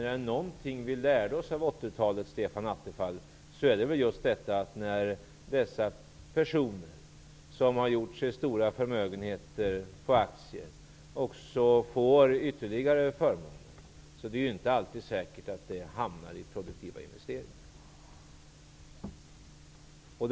Är det någonting vi lärde oss av 1980-talet, Stefan Attefall, så är det väl just detta att när dessa personer som har gjort sig stora förmögenheter på aktier också får ytterligare förmåner, är det inte alltid säkert att pengarna hamnar i produktiva investeringar.